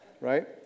Right